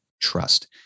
trust